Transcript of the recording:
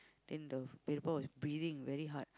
then the was breathing very hard